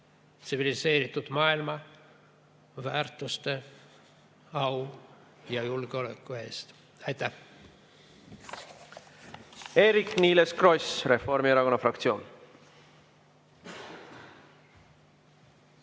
tsiviliseeritud maailma väärtuste, au ja julgeoleku eest. Aitäh!